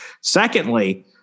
Secondly